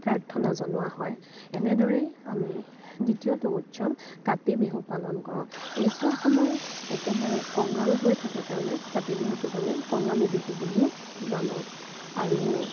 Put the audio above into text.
প্ৰাৰ্থনা জনোৱা হয় এনেদৰেই আমি দ্বিতীয়তো উৎসৱ কাতি বিহু পালন কৰোঁ এইছোৱা সময় একেবাৰে কঙাল হৈ থাকে কাৰণে কাতি বিহুটোক আমি কঙালী বিহু বুলিও জানো আৰু